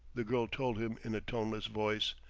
the girl told him in a toneless voice.